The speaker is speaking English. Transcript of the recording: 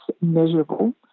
measurable